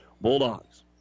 Bulldogs